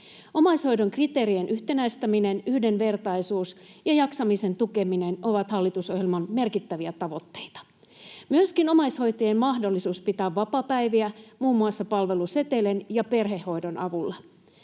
Omaishoidon kriteerien yhtenäistäminen, yhdenvertaisuus ja jaksamisen tukeminen ovat hallitusohjelman merkittäviä tavoitteita, myöskin omaishoitajien mahdollisuus pitää vapaapäiviä muun muassa palvelusetelin ja perhehoidon avulla.